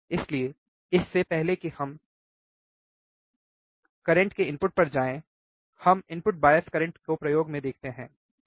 इसलिए इससे पहले कि हम सर करेंट के इनपुट पर जाएं हम इनपुट बायस करंट को प्रयोग में देखते हैं ठीक